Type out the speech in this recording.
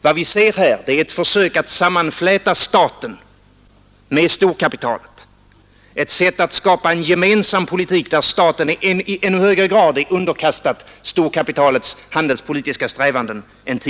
Vad vi ser här är ett försök att sammanfläta staten med storkapitalet, ett sätt att skapa en gemensam politik där staten i ännu högre grad än tidigare är underkastad storkapitalets handelspolitiska strävanden.